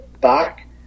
back